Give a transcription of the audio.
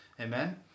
amen